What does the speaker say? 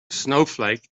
snowflake